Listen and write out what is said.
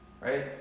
right